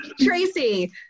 Tracy